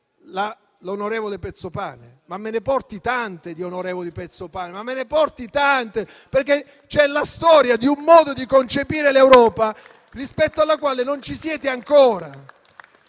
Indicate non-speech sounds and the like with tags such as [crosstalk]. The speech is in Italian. l'onorevole Pezzopane? Ma me ne porti tante di onorevoli Pezzopane, [applause] perché c'è la storia di un modo di concepire l'Europa rispetto alla quale non ci siete ancora.